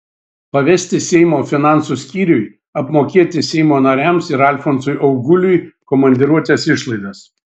pavesti seimo finansų skyriui apmokėti seimo nariams ir alfonsui auguliui komandiruotės išlaidas